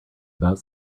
about